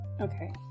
Okay